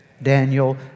Daniel